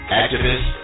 activist